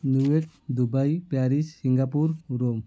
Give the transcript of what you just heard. New York Dubai Paris Singapore Rome